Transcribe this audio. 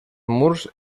murs